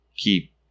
keep